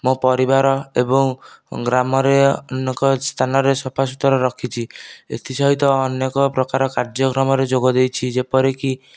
ମୋ' ପରିବାର ଏବଂ ଗ୍ରାମରେ ଅନେକ ସ୍ଥାନରେ ସଫା ସୁତୁରା ରଖିଛି ଏଥିସହିତ ଅନେକ ପ୍ରକାର କାର୍ଯ୍ୟକ୍ରମରେ ଯୋଗଦେଇଛି ଯେପରିକି